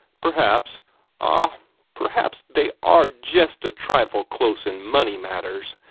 perhaps ah perhaps they are jest a trifle close in money matters,